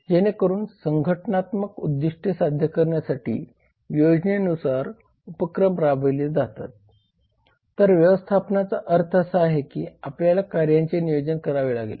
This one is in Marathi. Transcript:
जेणेकरुन संघटनात्मक उद्दीष्टे साध्य करण्यासाठी योजनेनुसार उपक्रम राबविले जातात तर व्यवस्थापनाचा अर्थ असा आहे की आपल्याला कार्यांचे नियोजन करावे लागेल